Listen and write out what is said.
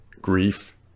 Grief